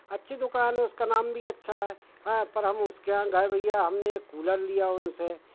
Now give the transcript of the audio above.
अच्छी दुकान है उसका नाम भी अच्छा है हाँ पर हम उसके वहाँ गए भैया हमने एक कूलर लिया उनसे